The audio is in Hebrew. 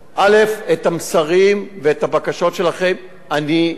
את המסרים ואת הבקשות שלכם אני אעביר